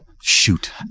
shoot